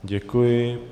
Děkuji.